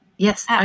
Yes